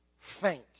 faint